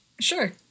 Sure